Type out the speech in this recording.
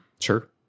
Sure